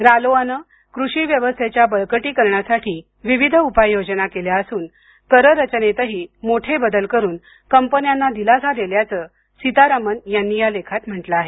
रालोआनं कृषी व्यवस्थेच्या बळकटीकरणासाठी विविध उपाययोजना केल्या असून कररचनेतही मोठे बदल करून कंपन्यांना दिलासा दिल्याचं सितारामन यांनी या लेखात म्हटलं आहे